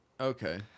Okay